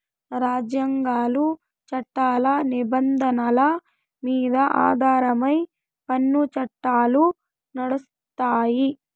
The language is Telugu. రాజ్యాంగాలు, చట్టాల నిబంధనల మీద ఆధారమై పన్ను చట్టాలు నడుస్తాయి